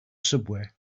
subway